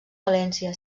valència